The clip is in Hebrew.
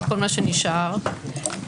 מי ימנה?